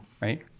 right